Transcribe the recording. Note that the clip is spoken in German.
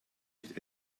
nicht